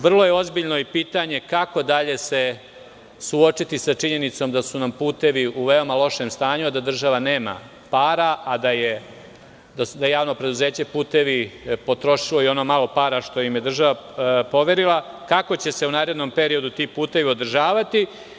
Vrlo ozbiljno je i pitanje kako dalje se suočiti sa činjenicom da su nam putevi u veoma lošem stanju, a da država nema para, a da JP "Putevi Srbije" je potrošilo i ono malo para što im je država poverila, kako će se u narednom periodu ti putevi održavati.